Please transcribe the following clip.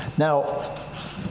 Now